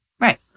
Right